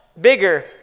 bigger